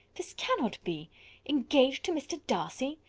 this cannot be engaged to mr. darcy!